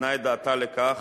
נתנה את דעתה לכך